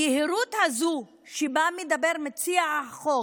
היהירות הזו שבה מדבר מציע החוק